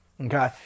okay